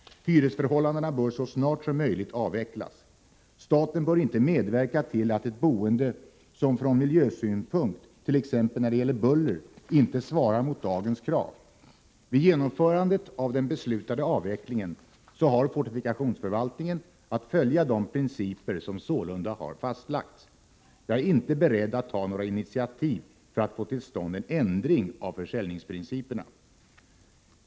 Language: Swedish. Hyresförhållandena bör så snart som möjligt avvecklas. Staten bör inte medverka till ett boende som från miljösynpunkt, t.ex. när det gäller buller, inte svarar mot dagens krav. Vid genomförandet av den beslutade avvecklingen har fortifikationsförvaltningen att följa de principer som sålunda har fastlagts. Jag är inte beredd att ta några initiativ för att få till stånd en ändring av försäljningsprinciperna.